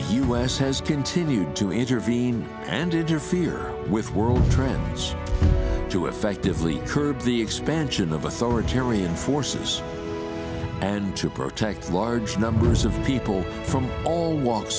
s has continued to intervene and interfere with world trade to effectively curb the expansion of authoritarian forces and to protect large numbers of people from all walks